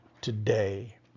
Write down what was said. today